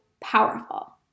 powerful